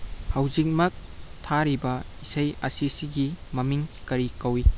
ꯍꯧꯖꯤꯛꯃꯛ ꯊꯥꯔꯤꯕ ꯏꯁꯩ ꯑꯁꯤꯁꯤꯒꯤ ꯃꯃꯤꯡ ꯀꯔꯤ ꯀꯧꯋꯤ